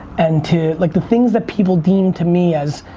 and to, like the things that people deem to me as